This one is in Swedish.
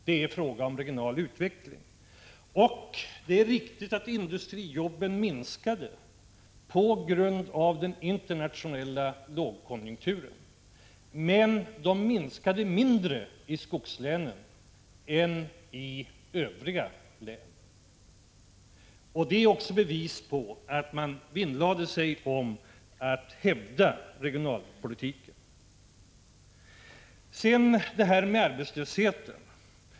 Det är riktigt att antalet industrijobb minskade på grund av den internationella lågkonjunkturen, men minskningen var mindre i skogslänen än i övriga län. Det är bevis på att man vinnlade sig om att hävda regionalpolitiken. Sedan detta med arbetslösheten.